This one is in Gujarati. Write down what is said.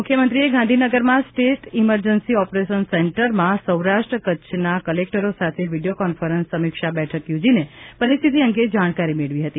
મુખ્યમંત્રીએ ગાંધીનગરમાં સ્ટેટ ઈમરજન્સી ઓપરેશન સેન્ટરમાંથી સૌરાષ્ટ્ર કચ્છના કલેક્ટરો સાથે વીડિયો કોન્ફરન્સ સમીક્ષા બેઠક યોજીને પરિસ્થિતિ અંગે જાણકારી મેળવી હતી